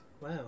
wow